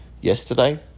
yesterday